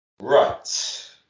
right